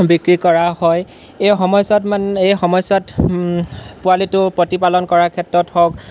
বিক্ৰী কৰা হয় এই সময়ছোৱাত মানে এই সময়ছোৱাত পোৱালিটো প্ৰতিপালন কৰাৰ ক্ষেত্ৰত হওক